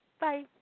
Bye